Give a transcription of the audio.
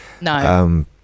no